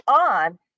on